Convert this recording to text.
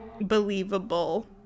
believable